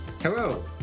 Hello